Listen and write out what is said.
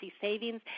savings